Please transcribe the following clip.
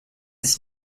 its